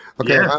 Okay